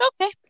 Okay